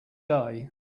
day